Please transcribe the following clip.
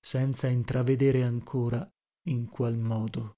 senza intravedere ancora in qual modo